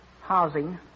housing